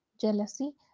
jealousy